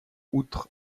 outre